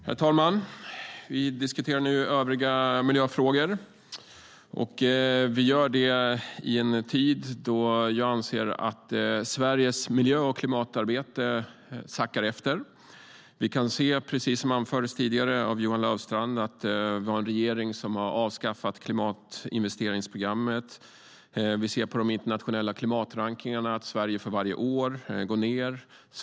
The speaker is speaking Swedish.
Herr talman! Vi diskuterar nu övergripande miljöfrågor, och vi gör det i en tid när jag anser att Sveriges miljö och klimatarbete sackar efter. Vi kan se, precis som anfördes tidigare av Johan Löfstrand, att vi har en regering som har avskaffat klimatinvesteringsprogrammen, och vi ser på de internationella klimatrankningarna att Sverige för varje år placeras längre ned i rankningarna.